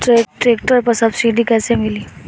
Tractor पर subsidy कैसे मिली?